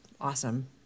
awesome